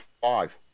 five